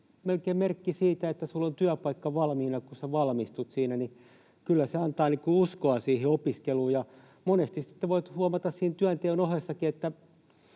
melkein merkki siitä, että sinulla on työpaikka valmiina, kun valmistut, niin että kyllä se antaa uskoa siihen opiskeluun. Ja monesti sitten voit huomata siinä työnteon ohessakin,